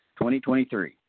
2023